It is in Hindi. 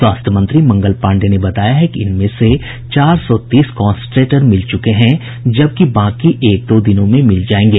स्वास्थ्य मंत्री मंगल पांडेय ने बताया है कि इनमें से चार सौ तीस कांस्ट्रेटर मिल चूके हैं जबकि बाकी एक दो दिनों में मिल जायेंगे